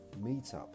Meetup